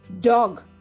Dog